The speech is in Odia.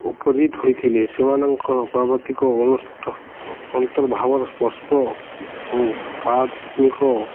ଉପଜିତ ହୋଇଥିଲେ ସେମାନଙ୍କର ପାର୍ବତିକ ଅନ୍ତର୍ଭାବର ସ୍ପର୍ଶ ଏବଂ